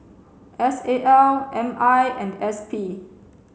S A L M I and S P